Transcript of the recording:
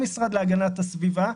למשרד להגנת הסביבה.